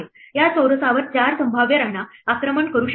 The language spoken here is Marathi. या चौरसावर 4 संभाव्य राण्या आक्रमण करू शकतात